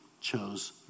chose